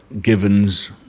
givens